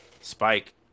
Spike